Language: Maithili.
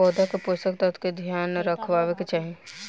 पौधा के पोषक तत्व के ध्यान रखवाक चाही